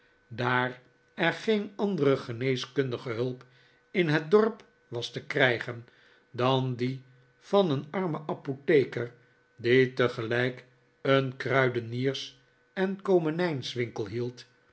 daar er geen andere geneeskundige hulp in het dorp was te krijgen dan die van een armen apotheker die tegelijk een kruideniers en komenijswinkel hield